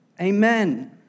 Amen